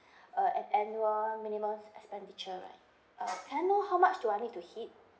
uh an annual minimum expenditure right uh can I know how much do I need to hit